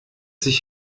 sich